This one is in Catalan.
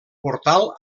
portal